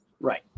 Right